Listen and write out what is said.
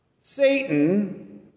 Satan